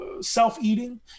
self-eating